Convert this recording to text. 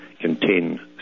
contain